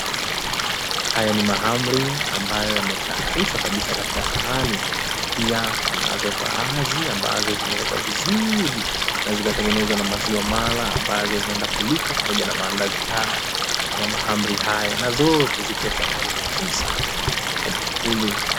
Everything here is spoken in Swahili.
Haya ni mahamri ambayo yametayarishwa kabisa katika sahani, pia kunazo mbazi ambazo zimewekwa vizuri na zikatengenezwa na maziwa mala nazo zinaenda kulika na mandazi haya ama mahmri haya na zote zipo tayari kabisa kwa maankuli.